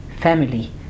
family